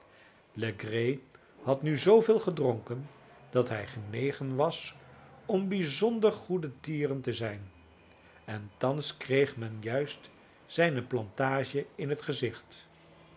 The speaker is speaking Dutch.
legree had nu zooveel gedronken dat hij genegen was om bijzonder goedertieren te zijn en thans kreeg men juist zijne plantage in het gezicht